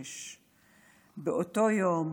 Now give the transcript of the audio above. בן 26. באותו יום